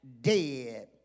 dead